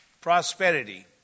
prosperity